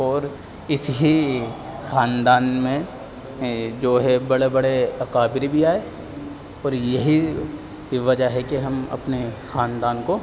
اور اس ہی خاندان میں جو ہے بڑے بڑے اکابر بھی آئے اور یہی یہ وجہ ہے کہ ہم اپنے خاندان کو